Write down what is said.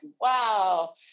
wow